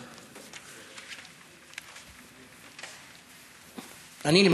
אני,